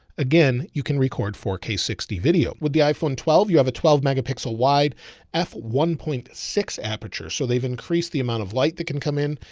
again, you can record four k sixty video with the iphone twelve. you have a twelve megapixel wide f one point six aperture. so they've increased the amount of light that can come in.